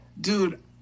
dude